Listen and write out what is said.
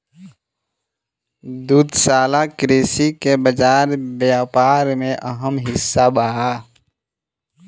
दुग्धशाला कृषि के बाजार व्यापार में अहम हिस्सा बा